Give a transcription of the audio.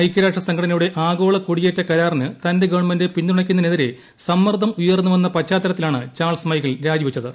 ഐക്യരാഷ്ട്ര സംഘടനയുടെ ആഗോള കുടിയേറ്റ കരാറിന് തന്റെ ഗവൺമെന്റ് പിൻതുണയ്ക്കുന്നതിനെതിരെ സമ്മർദ്ദം ഉയർന്നു വന്ന പശ്ചാത്തലത്തിലാണ് ചാൾസ് മൈക്കിൾ രാജി വെച്ചത്